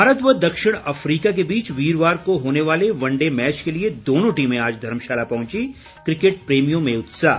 भारत व दक्षिण अफ्रीका के बीच वीरवार को होने वाले वन डे मैच के लिए दोनों टीमें आज धर्मशाला पहुंची क्रिकेट प्रेमियों में उत्साह